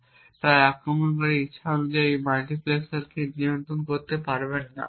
এবং তাই আক্রমণকারী ইচ্ছা অনুযায়ী এই মাল্টিপ্লেক্সারকে নিয়ন্ত্রণ করতে পারবেন না